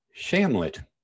Shamlet